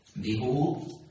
Behold